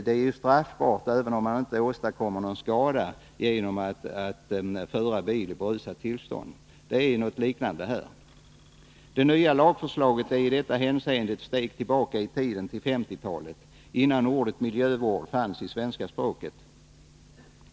Det är ju straffbart att föra en bil i berusat tillstånd, även om man inte åstadkommer någon skada. Det är något liknande i detta fall. Det nya lagförslaget är i detta hänseende ett steg tillbaka i tiden, till 1950-talet, innan ordet miljövård fanns i svenska språket.